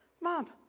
Mom